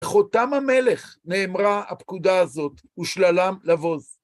חותם המלך נאמרה הפקודה הזאת, ושללם לבוז.